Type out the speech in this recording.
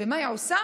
ומה היא עושה?